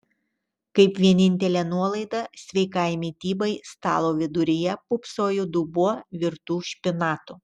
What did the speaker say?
kaip vienintelė nuolaida sveikai mitybai stalo viduryje pūpsojo dubuo virtų špinatų